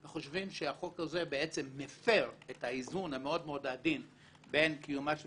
אנחנו חושבים שהחוק הזה מפר את האיזון המאוד-מאוד עדין בין קיומה של